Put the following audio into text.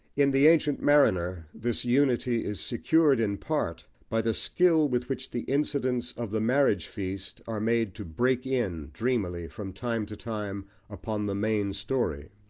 in the ancient mariner this unity is secured in part by the skill with which the incidents of the marriage-feast are made to break in dreamily from time to time upon the main story.